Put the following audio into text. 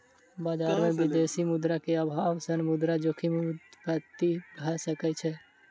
बजार में विदेशी मुद्रा के अभाव सॅ मुद्रा जोखिम उत्पत्ति भ सकै छै